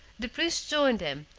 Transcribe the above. the prince joined them,